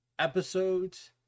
Episodes